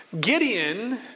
Gideon